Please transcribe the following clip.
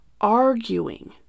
arguing